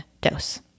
dose